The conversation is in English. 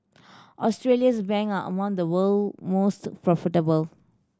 Australia's bank are among the world most profitable